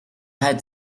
had